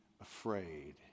afraid